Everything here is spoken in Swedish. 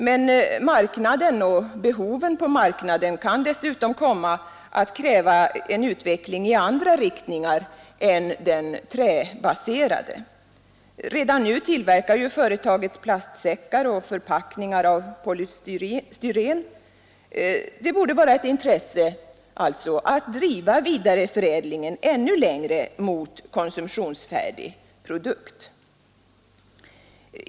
Men marknaden och dess behov kan dessutom kräva utveckling i andra riktningar än de träbaserade. Redan nu tillverkar ju företaget plastsäckar förbättra sysselsätt och förpackningar av polystyren. Det borde alltså vara ett intresse att driva vidareförädlingen ännu längre mot konsumtionshärdig produkt.